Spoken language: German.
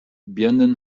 birnen